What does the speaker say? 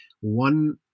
One